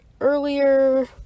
earlier